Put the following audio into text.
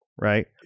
right